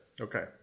Okay